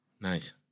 Nice